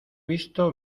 visto